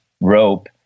rope